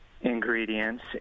ingredients